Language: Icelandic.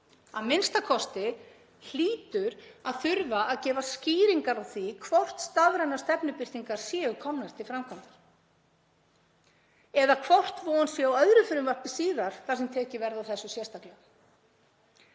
Að minnsta kosti hlýtur að þurfa að gefa skýringar á því hvort stafrænar stefnubirtingar séu komnar til framkvæmda eða hvort von sé á öðru frumvarpi síðar þar sem tekið verði á þessu sérstaklega.